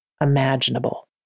imaginable